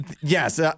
yes